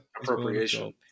Appropriation